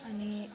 अनि